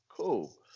Cool